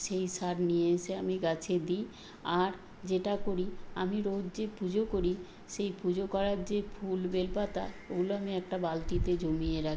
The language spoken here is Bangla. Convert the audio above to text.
সেই সার নিয়ে এসে আমি গাছে দিই আর যেটা করি আমি রোজ যে পুজো করি সেই পুজো করার যে ফুল বেল পাতা ওগুলো আমি একটা বালতিতে জমিয়ে রাখি